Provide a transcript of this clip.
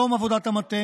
בתום עבודת המטה